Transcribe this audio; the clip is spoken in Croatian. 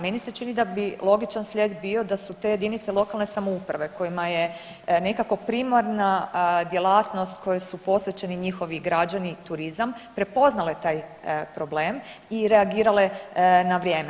Meni se čini da bi logičan slijed bio da su te jedinice lokalne samouprave kojima je nekako primarna djelatnost kojoj su posvećeni njihovi građani turizam prepoznale taj problem i reagirale na vrijeme.